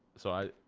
so i